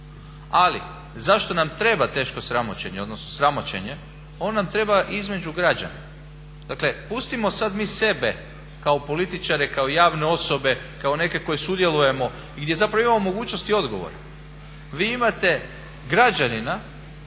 Ali zašto nam treba teško sramoćenje, odnosno sramoćenje? Ono nam trebam između građana, dakle pustimo sad mi sebe kao političare, kao javne osobe, kao neke koji sudjelujemo i gdje zapravo imamo mogućnosti odgovora. Vi imate građanina